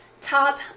top